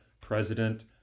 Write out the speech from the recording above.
president